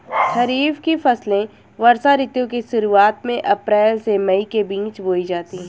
खरीफ की फसलें वर्षा ऋतु की शुरुआत में अप्रैल से मई के बीच बोई जाती हैं